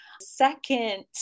second